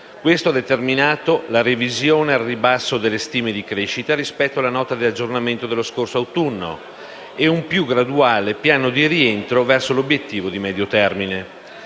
Questo ha determinato la revisione al ribasso delle stime di crescita rispetto alla Nota di aggiornamento dello scorso autunno e un più graduale piano di rientro verso l'obiettivo di medio termine.